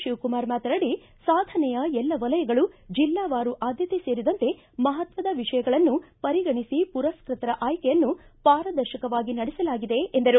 ಶಿವಕುಮಾರ್ ಮಾತನಾಡಿ ಸಾಧನೆಯ ಎಲ್ಲ ವಲಯಗಳು ಜಿಲ್ಲಾವಾರು ಆದ್ದತೆ ಸೇರಿದಂತೆ ಮಹತ್ವದ ವಿಷಯಗಳನ್ನು ಪರಿಗಣಿಸಿ ಪುರಸ್ಕೃತರ ಆಯ್ಕೆಯನ್ನು ಪಾರದರ್ಶಕವಾಗಿ ನಡೆಸಲಾಗಿದೆ ಎಂದರು